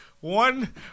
One